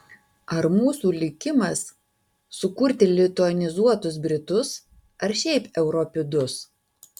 ar mūsų likimas sukurti lituanizuotus britus ar šiaip europidus